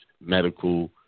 medical